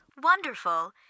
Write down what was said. Wonderful